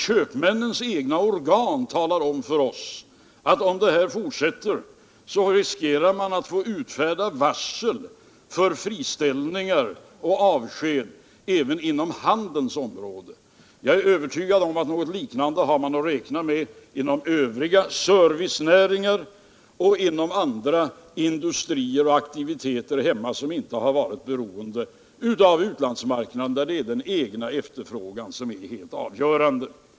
Köpmännens egna organ talar om för oss att man, om denna nedgång fortsätter, riskerar att få utfärda varsel för friställningar och avsked även inom handelns område. Jag är övertygad om att man har att räkna med något liknande inom övriga servicenäringar och inom andra industrier och aktiviteter, vilka inte varit beroende av utlandsmarknaden och för vilka den egna efterfrågan är helt avgörande.